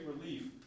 relief